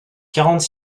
quarante